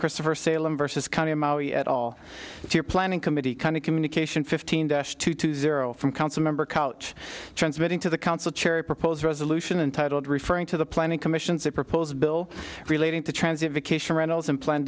christopher salem vs at all if you're planning committee kind of communication fifty two to zero from council member caught transmitting to the council chair proposed resolution and titled referring to the planning commissions a proposed bill relating to transit vacation rentals and plan